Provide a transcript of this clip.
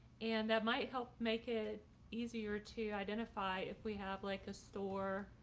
and that might help make it easier to identify if we have like a store,